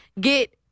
get